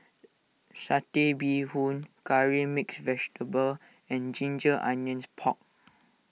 Satay Bee Boon Curry Mixed Vegetable and Ginger Onions Pork